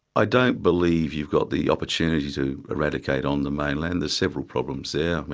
i don't believe you've got the opportunity to eradicate on the mainland, there's several problems there.